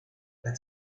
las